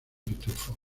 pitufo